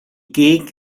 gegend